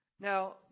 now